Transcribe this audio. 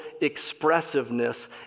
expressiveness